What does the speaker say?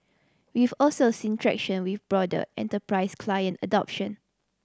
we've also seen traction with broader enterprise client adoption